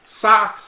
Socks